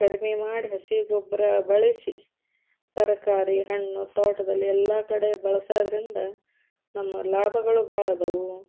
ಕಡಿಮೆ ಮಾಡಿ ಹಸಿ ಗೊಬ್ಬರ ಬಳಸಿ ತರಕಾರಿ ಹಣ್ಣು ತೋಟದಲ್ಲಿ ಎಲ್ಲ ಕಡೆ ಬಳಸೋದರಿಂದ ನಮ್ಮ ಲಾಭಗಳು ಭಾಳ ಅದಾವೆ